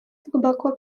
глубоко